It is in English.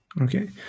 Okay